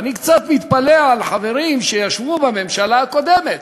אני קצת מתפלא על החברים שישבו בממשלה הקודמת,